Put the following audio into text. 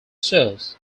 serves